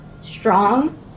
strong